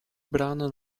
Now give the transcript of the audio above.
brano